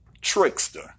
trickster